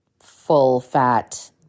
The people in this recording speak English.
full-fat